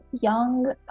young